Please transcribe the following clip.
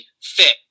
fit